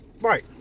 right